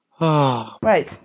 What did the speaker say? Right